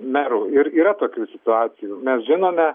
merų ir yra tokių situacijų mes žinome